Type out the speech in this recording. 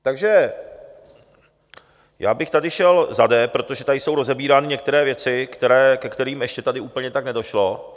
Takže já bych tady šel za D, protože tady jsou rozebírány některé věci, ke kterým ještě tady úplně tak nedošlo.